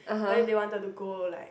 but then they wanted to go like